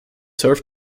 serve